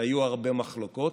והיו הרבה מחלוקות,